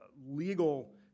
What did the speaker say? legal